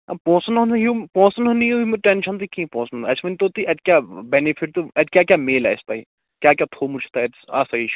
ہا پونٛسَن ہُنٛد نہ یُم پونٛسَن ہُنٛد نِیِو ٹیٚنشن تُہۍ کیٚنٛہہ پونٛسن اسہِ ؤنۍتَو تُہۍ اتہِ کیٛاہ بیٚنِفِٹ تہٕ اتہِ کیٛاہ کیٛاہ میلہِ اسہِ تُہۍ کیٛاہ کیٛاہ تھوٚومُت چھُ تۅہہِ آسٲیِش